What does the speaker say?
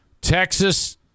Texas